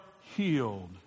healed